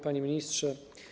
Panie Ministrze!